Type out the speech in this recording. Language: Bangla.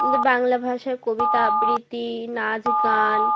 আমাদের বাংলা ভাষায় কবিতা আবৃতি নাচ গান